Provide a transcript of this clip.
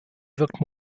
wirkt